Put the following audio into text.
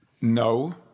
No